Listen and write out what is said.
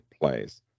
place